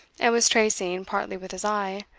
and was tracing, partly with his eye,